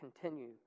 continue